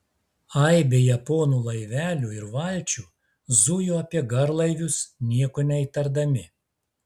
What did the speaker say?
aibė japonų laivelių ir valčių zujo apie garlaivius nieko neįtardami